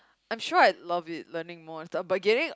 I'm sure I'd love it learning more and stuff but getting